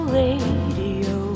radio